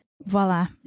Voila